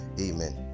Amen